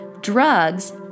drugs